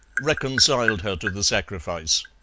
reconciled her to the sacrifice